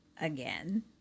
again